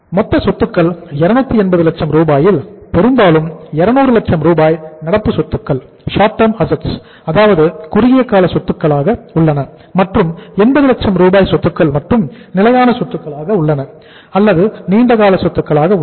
மொத்த சொத்துக்கள் 280 லட்சம் ரூபாயில் பெரும்பாலும் 200 லட்சம் ரூபாய் நடப்பு சொத்துக்கள் ஷார்ட் டெர்ம் ஆசெட்ஸ் அதாவது குறுகியகால சொத்துக்களாக உள்ளன மற்றும் 80 லட்சம் ரூபாய் சொத்துக்கள் மட்டுமே நிலையான சொத்துக்களாக அல்லது நீண்டகால சொத்துக்களாக உள்ளன